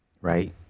right